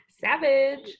Savage